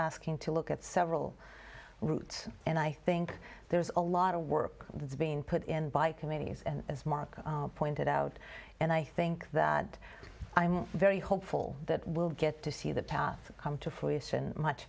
asking to look at several routes and i think there's a lot of work that's being put in by committees and as mark pointed out and i think that i'm very hopeful that we'll get to see the path come to fruition much